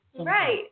Right